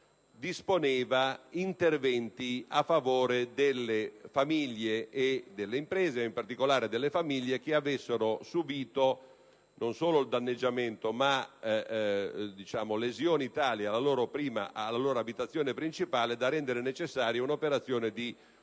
disponeva interventi a favore delle famiglie e delle imprese (ma in particolare delle famiglie) che avessero subito, non solo il danneggiamento, ma lesioni tali alla loro abitazione principale da rendere necessaria un'operazione di